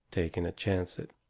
taking a chancet,